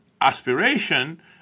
aspiration